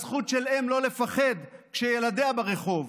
הזכות של אם לא לפחד כשילדיה ברחוב.